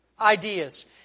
ideas